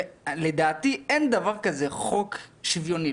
ולדעתי, אין דבר כזה חוק שוויוני.